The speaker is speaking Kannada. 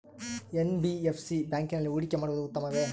ಎನ್.ಬಿ.ಎಫ್.ಸಿ ಬ್ಯಾಂಕಿನಲ್ಲಿ ಹೂಡಿಕೆ ಮಾಡುವುದು ಉತ್ತಮವೆ?